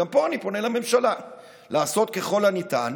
וגם פה אני פונה לממשלה לעשות ככל הניתן